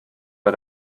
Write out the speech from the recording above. bei